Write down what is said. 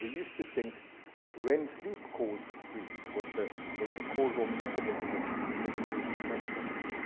we used to think that rem sleep caused dreams, was the was the causal mechanism of dream generation, and that's not true.